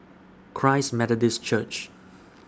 Christ Methodist Church